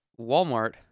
Walmart